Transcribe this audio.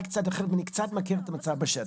קצת אחרת ואני קצת מכיר את המצב בשטח.